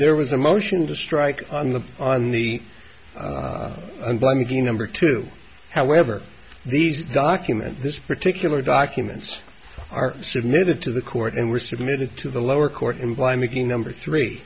there was a motion to strike on the on the on by making number two however these documents this particular documents are submitted to the court and were submitted to the lower court and by making number three